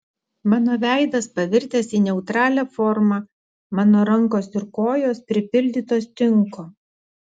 mano veidas pavirtęs į neutralią formą mano rankos ir kojos pripildytos tinko